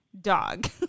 dog